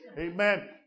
Amen